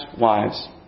wives